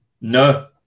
No